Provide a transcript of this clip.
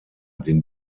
den